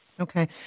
Okay